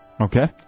Okay